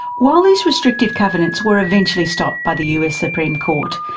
while these restrictive covenants were eventually stopped by the us supreme court,